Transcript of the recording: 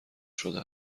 شده